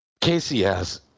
KCS